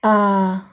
ah